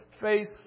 face